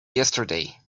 yesterday